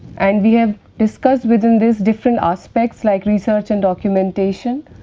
and we have discussed within this, different aspects like research and documentation.